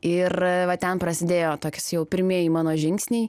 ir va ten prasidėjo tokis jau pirmieji mano žingsniai